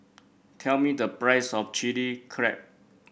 tell me the price of Chilli Crab